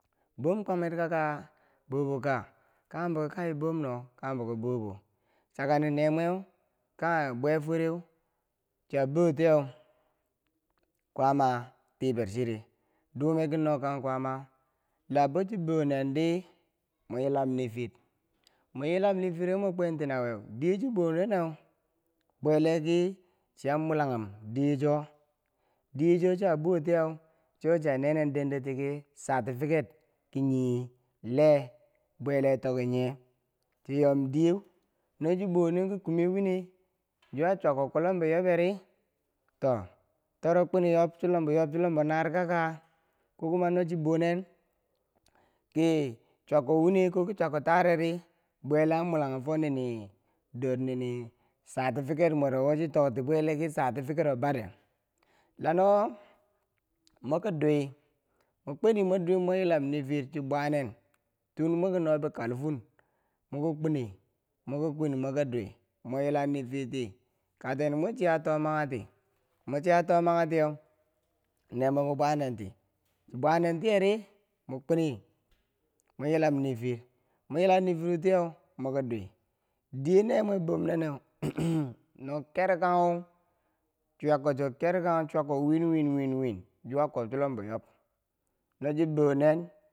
Bom kwamer ka- ka boboka? kanghem bo ki kai bom no kanghembo ki bobou chakani neemweu kanghe bwe fwereu chiya botiyeu kwaama tiberchere dumeki no kang kwaama la bochi bonendi mwe yilam nifir mweyilam nifireu mwe kwantinaweu diye chiboneneu bwe lee ki chiyan mulanghum diye cho, diyecho chiya bounentiyeu cho chiya nenendengdotiki certificate ki nyee lee bwee lee tokinye chiyom diyeu nochi bonenki kume wine zuwa chwyako kwob chulombo yobe ri to toro kwini yob chulombo yob chulombo naar ka ka, ko kuma nochi bonen ki chwyako wine koku chwyako tareri bwe lee an mulanghum fo ni ni dor nini certificate mwero wo toktiki bwe lee ki certificate of bareu lano mwe kidwui mo kweni mwo yilam nifir chibwa nen tun mo ki nobi kalfun mweki kweni mweki kweni mweki dwi mwe yila nifirti kaktendi mwe chiya tomayeti mwe chiya tomatiyeu neeb mwebo bwanenti chi bwanen tiyeri mwe kweni mwe yilam nifir, mwa yila nifirotiyeu mweki dwi diye nee mwe bom ne neu no kerkanghu chwako cho kerkawo chwyako win win win win zuwa kwobchilombo yob nochibonen.